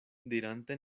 dirante